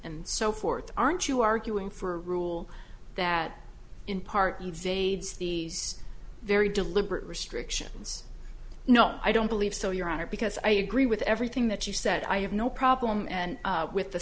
so forth aren't you arguing for a rule that in part easy aids these very deliberate restrictions no i don't believe so your honor because i agree with everything that you said i have no problem and with the